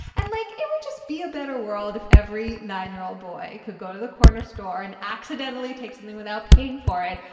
and like it would just be a better world if every nine year old boy could go to the corner store and accidentally take something without paying for it,